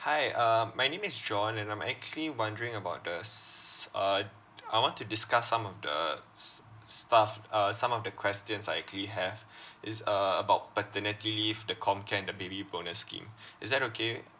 hi uh my name is john and I'm actually wondering about the s~ uh I want to discuss some of the s~ stuff uh some of the questions I actually have it's uh about paternity leave the comcare and the baby bonus scheme is that okay